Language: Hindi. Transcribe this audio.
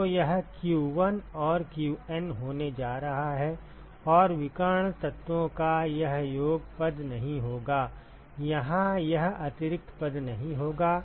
तो यह q1 और qN होने जा रहा है और विकर्ण तत्वों का यह योग पद नहीं होगा यहां यह अतिरिक्त पद नहीं होगा